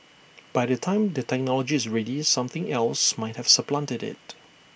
by the time the technology is ready something else might have supplanted IT